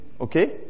Okay